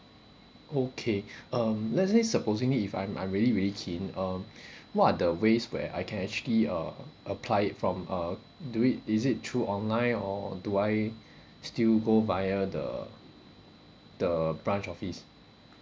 okay um let's say supposingly if I'm I'm really really keen um what are the ways where I can actually uh apply it from uh do it is it through online or do I still go via the the branch office